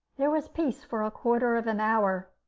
there was peace for a quarter of an hour.